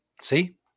See